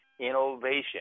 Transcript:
Innovation